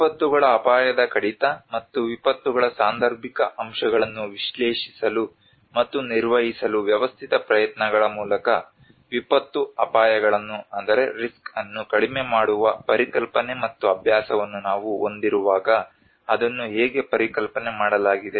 ವಿಪತ್ತುಗಳ ಅಪಾಯದ ಕಡಿತ ಮತ್ತು ವಿಪತ್ತುಗಳ ಸಾಂದರ್ಭಿಕ ಅಂಶಗಳನ್ನು ವಿಶ್ಲೇಷಿಸಲು ಮತ್ತು ನಿರ್ವಹಿಸಲು ವ್ಯವಸ್ಥಿತ ಪ್ರಯತ್ನಗಳ ಮೂಲಕ ವಿಪತ್ತು ಅಪಾಯಗಳನ್ನು ಕಡಿಮೆ ಮಾಡುವ ಪರಿಕಲ್ಪನೆ ಮತ್ತು ಅಭ್ಯಾಸವನ್ನು ನಾವು ಹೊಂದಿರುವಾಗ ಅದನ್ನು ಹೇಗೆ ಪರಿಕಲ್ಪನೆ ಮಾಡಲಾಗಿದೆ